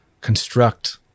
construct